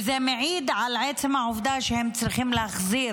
וזה מעיד על עצם העובדה שהם צריכים להחזיר